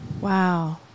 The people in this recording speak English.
Wow